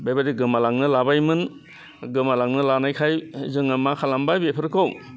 बेबायदि गोमालांनो लाबायमोन गोमालांनो लानायखाय जोङो मा खालामबाय बेफोरखौ